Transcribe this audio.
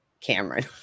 Cameron